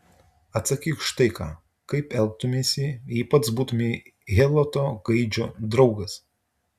atsakyk štai ką kaip elgtumeisi jei pats būtumei heloto gaidžio draugas